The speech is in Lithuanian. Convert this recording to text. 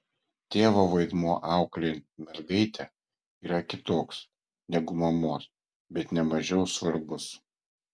tėvo vaidmuo auklėjant mergaitę yra kitoks negu mamos bet ne mažiau svarbus